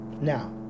Now